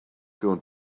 going